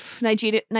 Nigeria